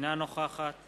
אינה נוכחת